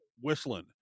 whistling